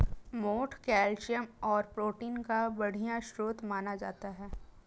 मोठ कैल्शियम और प्रोटीन का बढ़िया स्रोत माना जाता है